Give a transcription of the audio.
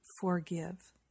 FORGIVE